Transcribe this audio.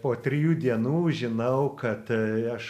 po trijų dienų žinau kad aš